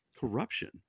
corruption